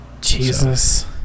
Jesus